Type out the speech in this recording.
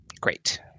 great